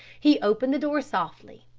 he opened the door softly,